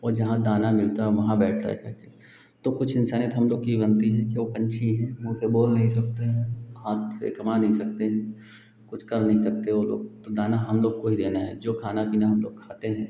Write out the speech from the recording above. और जहाँ दाना मिलता है वहाँ बैठ जाता है तो कुछ इंसानियत हम लोगों की बनती है तो पक्षी हैं मुंह से बोल नहीं सकते हैं हाथ से कमा नहीं सकते कुछ कर नहीं सकते तो तो दाना हम लोगों को ही देना है जो खाना पीना हम लोग खाते हैं